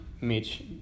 mitch